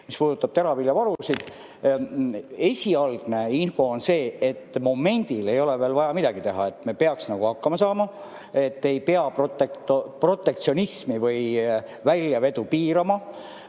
mis puudutavad teraviljavarusid? Esialgne info on see, et momendil ei ole veel vaja midagi teha, me peaks hakkama saama, ei pea [rakendama] protektsionismi või väljavedu piirama.